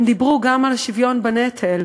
הם דיברו גם על שוויון בנטל.